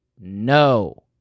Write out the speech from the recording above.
No